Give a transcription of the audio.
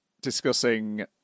discussing